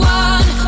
one